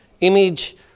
image